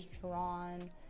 drawn